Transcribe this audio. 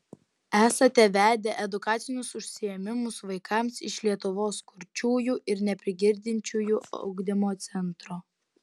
esate vedę edukacinius užsiėmimus vaikams iš lietuvos kurčiųjų ir neprigirdinčiųjų ugdymo centro